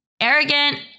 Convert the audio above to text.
arrogant